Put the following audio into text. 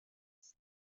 است